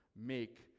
make